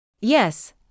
Yes